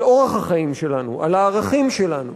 על אורח החיים שלנו, על הערכים שלנו.